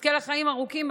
שתזכה לחיים ארוכים.